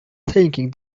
thinking